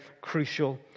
crucial